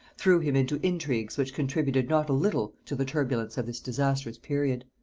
threw him into intrigues which contributed not a little to the turbulence of this disastrous period.